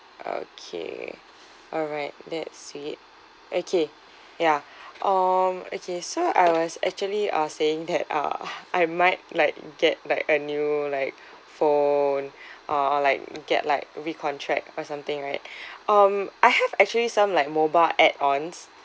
okay alright that's it okay ya um okay so I was actually uh saying that uh I might like get like a new like phone uh like get like recontract or something right um I have actually some like mobile add-ons